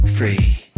Free